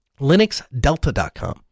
Linuxdelta.com